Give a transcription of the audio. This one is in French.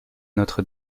notre